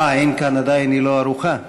היא עוד לא ערוכה?